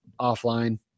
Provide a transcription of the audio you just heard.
offline